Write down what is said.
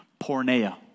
pornea